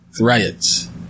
riots